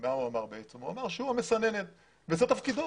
הוא אמר שהוא המסננת וזה תפקידו.